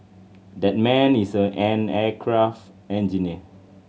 that man is a an aircraft engineer